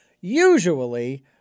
usually